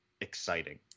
exciting